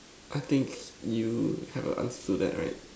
I think you have the answer to that right